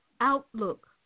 outlook